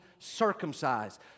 circumcised